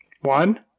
One